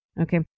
Okay